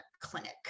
clinic